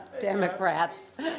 Democrats